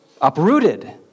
uprooted